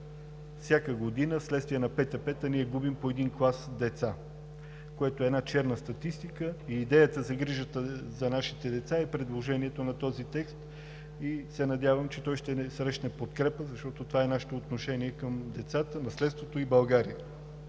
произшествия, ние губим по един клас деца. Това е една черна статистика и идеята за грижата за нашите деца е предложението на този текст. Надявам се, че той ще срещне подкрепа, защото това е нашето отношение към децата, наследството и България.